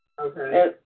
okay